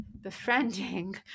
befriending